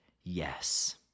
yes